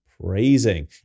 praising